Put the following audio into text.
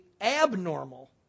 abnormal